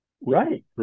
Right